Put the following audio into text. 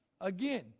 again